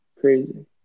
crazy